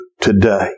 today